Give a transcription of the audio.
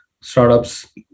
startups